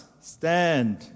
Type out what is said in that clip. stand